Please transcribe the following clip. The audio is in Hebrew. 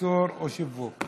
(ייצור או שיווק).